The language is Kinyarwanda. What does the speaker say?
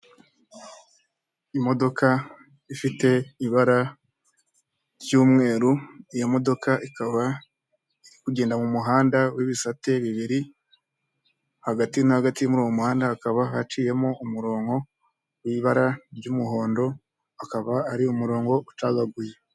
Imodoka ifite ibara ry'umweru, iyo modoka ikaba iri kugenda mu muhanda w'ibisate bibiri hagati na hagati muri uwo muhanda hakaba haciyemo umurongo w'ibara ry'umuhondo akaba ari umurongo ucagaguye.